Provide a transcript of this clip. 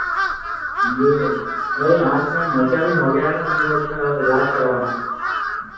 जी मेरे आँख में मोतियाबिंद हो गया है ना मुझे उसका इलाज करवाना है